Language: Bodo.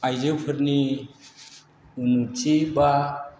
आइजोफोरनि उनत्ति एबा